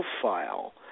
profile